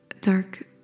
dark